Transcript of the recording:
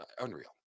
unreal